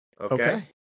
Okay